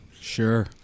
Sure